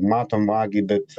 matom vagį bet